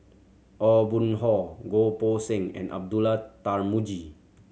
Aw Boon Haw Goh Poh Seng and Abdullah Tarmugi